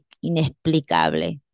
inexplicable